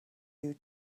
you